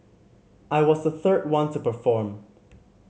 I was the third one to perform